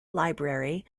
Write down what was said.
library